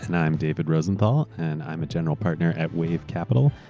and i'm david rosenthal and i am a general partner at wave capital,